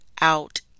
out